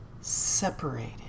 Separated